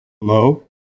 Hello